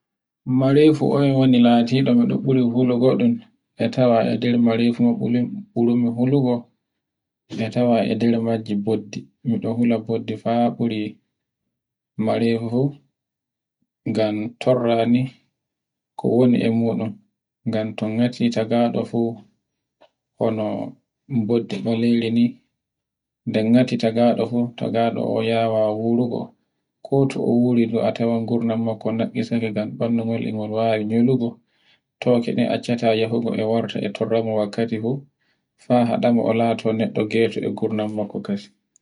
Marefu fu oyen woni latiɗo mi ɗon ɓuri hulo goɗon, e tawa e nder marefuel e ɓuri mi hulugo e tawa e nder majji boddi. Mi ɗon hula boddi haa ɓuri marewa fu ngan torrani ko woni e muɗum ngan ton ngati tagaɗo fu hono boddi ɓaleri ni, nde gati tagaɗo fu tagaɗu fu yawa wurugo ko to a wuri a tawan gurnan makko naɗɗi sange ngam ɓandu ngol e gol wawi welugo tokeden accata yehugo e warta e torra mun wakkati fu fa haɗa o lata neɗɗo geto e guranan mo kadin.